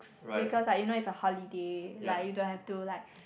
because like you know it's a holiday like you don't have to like